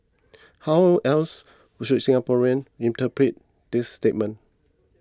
how else should Singaporeans interpret this statement